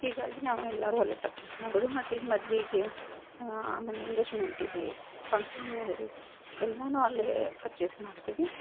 ಹೀಗಾಗಿ ನಾವೆಲ್ಲರೂ ಅಲ್ಲೇ ಪರ್ಚೇಸ್ ಮಾಡೋದು ಮತ್ತೀಗ ಮದ್ವೆಗೆ ಆಮೇಲೆ ಎಂಗೇಜ್ಮೆಂಟಿಗೆ ಫಂಕ್ಷನ್ ವೇರು ಎಲ್ಲನೂ ಅಲ್ಲೇ ಪರ್ಚೇಸ್ ಮಾಡ್ತೀವಿ